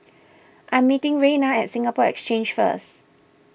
I am meeting Reina at Singapore Exchange first